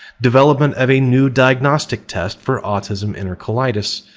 development of a new diagnostic test for autism entercolitis,